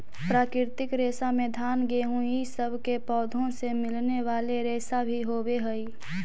प्राकृतिक रेशा में घान गेहूँ इ सब के पौधों से मिलने वाले रेशा भी होवेऽ हई